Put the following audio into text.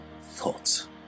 thoughts